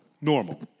normal